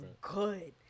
good